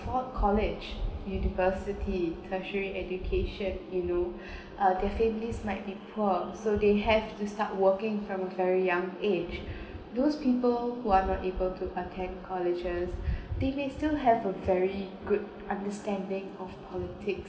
afford college university tertiary education you know their families might the poor so they have to start working from a very young age those people who are not able to attend colleges they may still have a very good understanding of politics